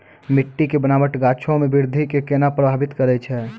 मट्टी के बनावट गाछो के वृद्धि के केना प्रभावित करै छै?